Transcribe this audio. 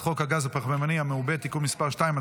חוק הגז הפחמימני המעובה (תיקון מס' 2),